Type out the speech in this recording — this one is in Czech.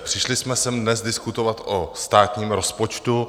Přišli jsme sem dnes diskutovat o státním rozpočtu.